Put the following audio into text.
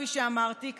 כפי שאמרתי,